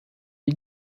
die